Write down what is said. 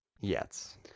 yes